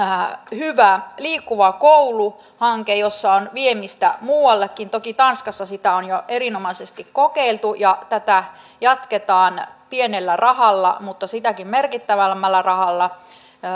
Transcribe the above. hyvä liikkuva koulu hanke jossa on viemistä muuallekin toki tanskassa sitä on jo erinomaisesti kokeiltu tätä jatketaan pienellä mutta sitäkin merkittävämmällä rahalla